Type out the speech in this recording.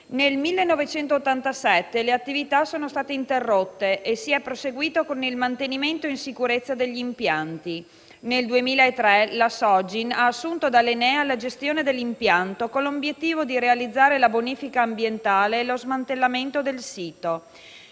Nel 1987 le attività sono state interrotte e si è proseguito con il mantenimento in sicurezza degli impianti. Nel 2003 la Sogin ha assunto dall'ENEA la gestione dell'impianto con l'obiettivo di realizzare la bonifica ambientale e lo smantellamento del sito.